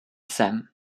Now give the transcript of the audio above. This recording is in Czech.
sem